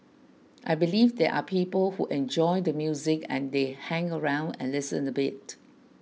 I believe there are people who enjoy the music and they hang around and listen a bit